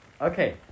Okay